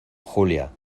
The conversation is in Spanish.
julia